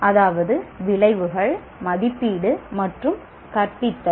அதாவது விளைவுகள் மதிப்பீடு மற்றும் கற்பித்தல்